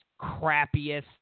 crappiest